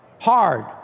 hard